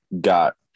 got